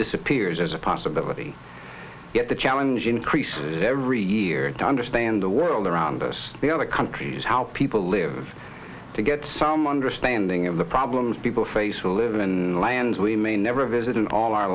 disappears as a possibility yet the challenge increases every year to understand the world around us the other countries how people live to get some understanding of the problems people face to live in lands we may never visit in all our